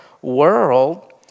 World